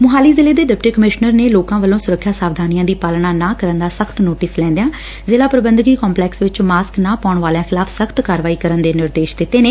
ਮੁਹਾਲੀ ਜ਼ਿਲ੍ਹੇ ਦੇ deputy commissioner ਨੇ ਲੋਕਾਂ ਵੱਲੋਂ ਸੁਰੱਖਿਆ ਸਾਵਧਾਨੀਆਂ ਦੀ ਪਾਲਣਾ ਨਾ ਕਰਨ ਦਾ ਸਖ਼ਤ ਨੋਟਿਸ ਲੈਂਦਿਆਂ ਜ਼ਿਲਾ ਪ੍ਰਬੰਧਕੀ ਕੰਪਲੈਕਸ ਵਿਚ ਮਾਸਕ ਨਾ ਪਾਉਣ ਵਾਲਿਆ ਖਿਲਾਫ਼ ਸਖ਼ਤ ਕਾਰਵਾਈ ਕਰਨ ਦੇ ਨਿਰਦੇਸ਼ ਦਿੱਤੇ ਨੇ